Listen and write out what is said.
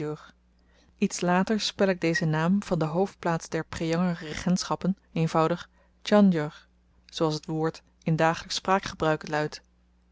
iets later spel ik dezen naam van de hoofdplaats der preanger regentschappen eenvoudig tjanjor zooals t woord in dagelyksch spraakgebruik luidt